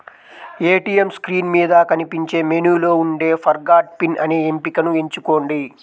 ATM screen మీద కనిపించే మెనూలో ఉండే ఫర్గాట్ పిన్ అనే ఎంపికను ఎంచుకోండి